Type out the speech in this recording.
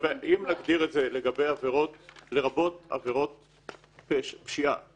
אם נגדיר את זה לרמה של "לרבות עבירות של פשיעה",